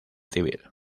civil